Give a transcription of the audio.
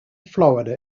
florida